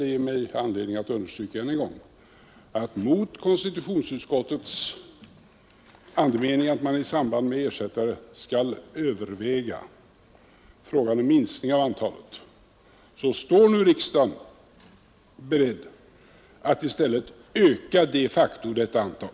Det ger mig anledning att än en gång understryka att riksdagen — mot andemeningen i konstitutionsutskottets betänkande att man i samband med införandet av ersättare skall överväga frågan om minskning av antalet ledamöter i kammaren — nu står beredd att i stället de facto öka detta antal.